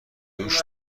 دوش